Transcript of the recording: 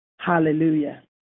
Hallelujah